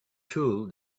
tool